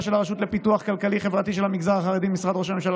של הרשות לפיתוח כלכלי-חברתי של המגזר החרדי ממשרד ראש הממשלה